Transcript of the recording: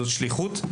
זו שליחות.